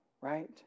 right